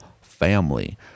family